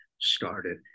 started